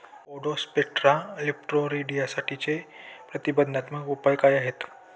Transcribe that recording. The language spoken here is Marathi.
स्पोडोप्टेरा लिट्युरासाठीचे प्रतिबंधात्मक उपाय काय आहेत?